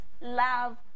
love